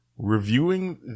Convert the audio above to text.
Reviewing